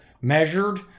measured